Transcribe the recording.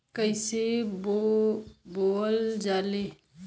कईसे बोवल जाले?